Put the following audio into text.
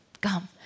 come